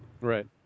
Right